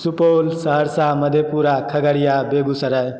Supaul Saharsa Madhepura Khagaria Begusarai